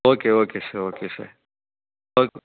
okay okay sir okay sir okay